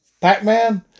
pac-man